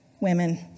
Women